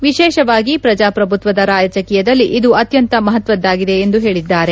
ವಿಶೇಷವಾಗಿ ಪ್ರಜಾಪ್ರಭುತ್ವದ ರಾಜಕೀಯದಲ್ಲಿ ಇದು ಅತ್ತಂತ ಮಹತ್ತದ್ಗಾಗಿದೆ ಎಂದು ಹೇಳಿದ್ಗಾರೆ